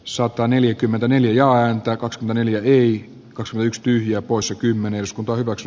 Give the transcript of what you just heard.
sataneljäkymmentäneljä ääntä neljä neljä korso yks tyhjiä poissa kymmenen s boy kaksi